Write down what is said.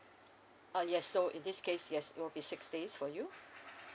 uh yes so in this case yes it will be six days for you